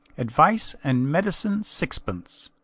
advice and medicine sixpence.